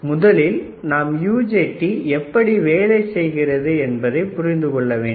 முதலில் நாம் UJT எப்படி வேலை செய்கிறது என்பதை புரிந்து கொள்ள வேண்டும்